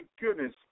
goodness